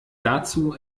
dazu